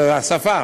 זה השפה,